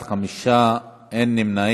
בעד, 5, אין מתנגדים, אין נמנעים.